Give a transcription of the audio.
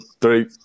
three